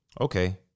Okay